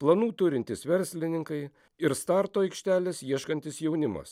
planų turintys verslininkai ir starto aikštelės ieškantis jaunimas